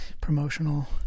promotional